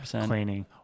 cleaning